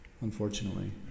unfortunately